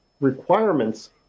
requirements